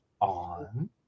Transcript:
on